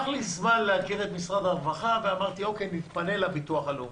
לקח לי זמן להכיר את משרד הרווחה ואז התפניתי לביטוח הלאומי.